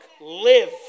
live